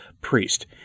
priest